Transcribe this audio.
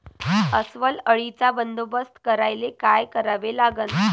अस्वल अळीचा बंदोबस्त करायले काय करावे लागन?